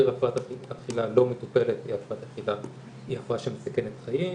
הפרעת אכילה לא מטופלת היא הפרעה שמסכנת חיים,